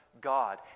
God